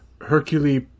Hercule